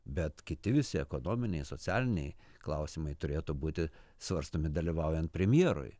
bet kiti visi ekonominiai socialiniai klausimai turėtų būti svarstomi dalyvaujant premjerui